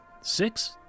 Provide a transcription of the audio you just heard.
six